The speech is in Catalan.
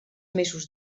mesos